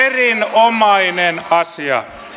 erinomainen asia